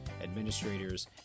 administrators